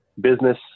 business